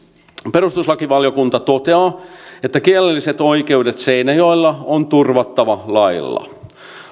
perustuslakivaliokunta toteaa että kielelliset oikeudet seinäjoella on turvattava lailla